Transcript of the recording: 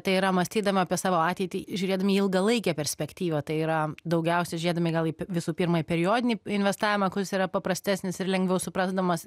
tai yra mąstydama apie savo ateitį žiūrėdami į ilgalaikę perspektyvą tai yra daugiausia žiūrėdami gal į visų pirma į periodinį investavimą kuris yra paprastesnis ir lengviau suprasdamas